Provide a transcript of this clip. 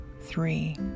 three